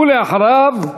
ואחריו,